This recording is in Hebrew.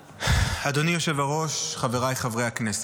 אדוני היושב-ראש, חבריי חברי הכנסת,